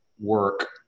work